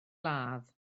ladd